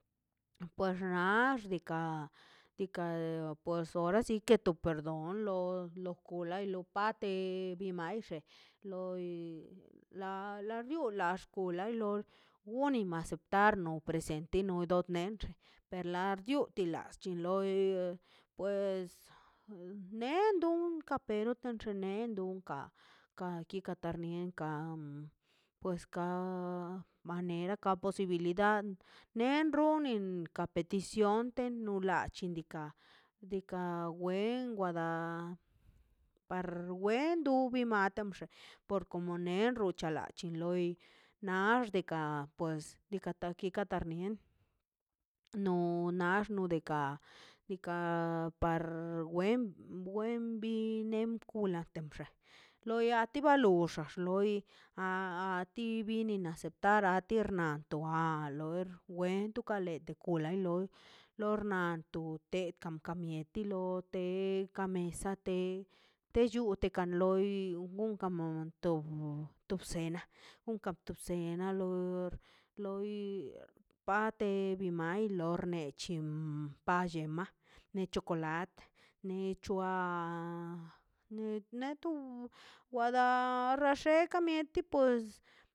Kwax nax diikaꞌ sinke to perdón lo lo kola lo pate bi naife loi la la riola xkola lo wioni ma aceptar presente no do nendx per la diotela aschin loi pues nendon ka pero nenda nen dunkan fa ka kitarnienkan pues ka manera ka posibilidad nen runin ka petición te nuchilikan diikaꞌ wen da par wen du mi mata kamxe por comunerxo chalachin loi naxdika pues dikata dikatar nien no nax xnodeka diika par wen bin nem pula tem xe ti wa loxa x loi a ati ni aceptar noar tual wen tu kalento kula loi lor anto ne kaka mieti lo te ka mesa te te chute ten kan kamun to bsena umkam tusena loi pade ni mai lor ned chin palle ma ne chokolatə ne c̱hua ne netu wada rasheka mieti pues.